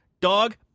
dog